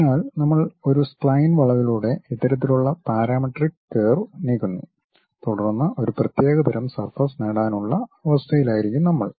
അതിനാൽ നമ്മൾ ഒരു സ്പയിൻ വളവിലൂടെ ഇത്തരത്തിലുള്ള പാരാമെട്രിക് കർവ് നീക്കുന്നു തുടർന്ന് ഒരു പ്രത്യേകതരം സർഫസ് നേടാനുള്ള അവസ്ഥയിലായിരിക്കും നമ്മൾ